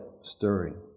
stirring